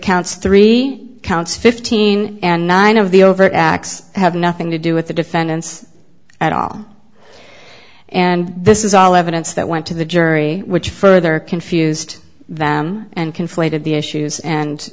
counts three counts fifteen and nine of the overt acts have nothing to do with the defendants at all and this is all evidence that went to the jury which further confused than and conflated the issues and